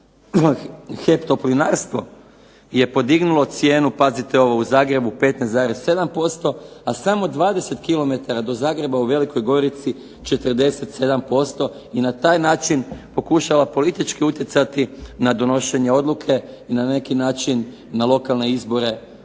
HEP Toplinarstvo je podignulo cijenu, pazite ovo, u Zagrebu 15,7%, a samo 20km do Zagreba u Velikoj Gorici 47% i na taj način pokušala politički utjecati na donošenje odluke i na neki način na lokalne izbore u